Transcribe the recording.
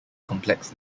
complex